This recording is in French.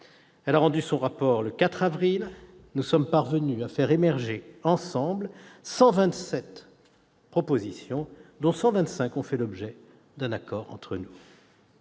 a rendu son rapport le 4 avril dernier. Nous sommes parvenus à faire émerger ensemble 127 propositions, dont 125 ont fait l'objet d'un accord entre nous.